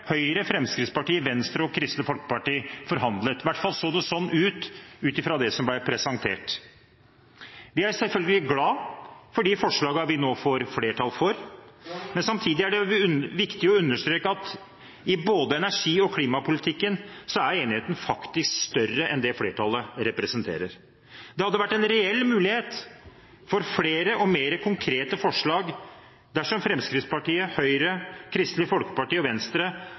Høyre, Fremskrittspartiet, Venstre og Kristelig Folkeparti forhandlet om – i hvert fall så det sånn ut, ut fra det som ble presentert. Vi er selvfølgelig glad for de forslagene vi nå får flertall for, men samtidig er det viktig å understreke at i både energi- og klimapolitikken er enigheten faktisk større enn det flertallet representerer. Det hadde vært en reell mulighet for flere og mer konkrete forslag dersom Fremskrittspartiet, Høyre, Kristelig Folkeparti og Venstre